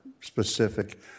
specific